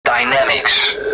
Dynamics